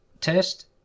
test